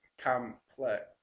complex